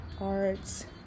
arts